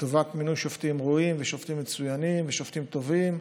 לטובת מינוי שופטים ראויים ושופטים מצוינים ושופטים טובים.